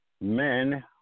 men